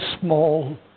small